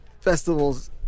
festivals